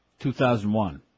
2001